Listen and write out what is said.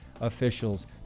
officials